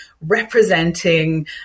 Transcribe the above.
representing